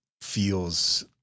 feels